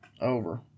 Over